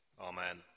Amen